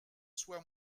soient